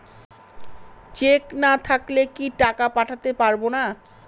Check না থাকলে কি টাকা পাঠাতে পারবো না?